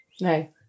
No